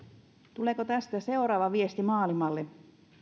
tuleeko tästä seuraava viesti maailmalle